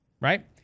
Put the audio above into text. right